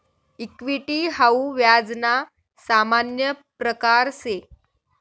equity हाऊ व्याज ना सामान्य प्रकारसे